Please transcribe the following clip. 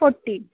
forty